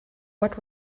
what